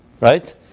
right